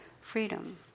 freedom